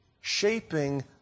shaping